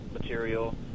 material